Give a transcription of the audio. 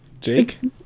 Jake